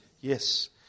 Yes